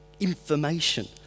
information